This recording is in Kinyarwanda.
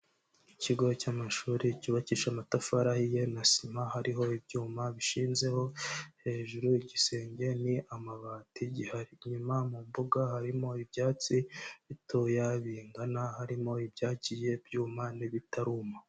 Ikigo cy'amashuri cyubakisha amatafari ahiye na sima, hariho ibyuma bishinzeho, hejuru igisenge ni amabati gihari, inyuma mu mbuga harimo ibyatsi bitoya bingana, harimo ibyagiye byuma n'ibitaruma.